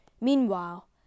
Meanwhile